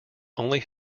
only